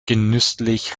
genüsslich